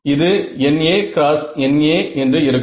இது NA X NA என்று இருக்கும்